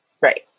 Right